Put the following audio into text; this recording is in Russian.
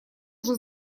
уже